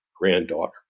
granddaughter